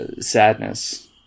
sadness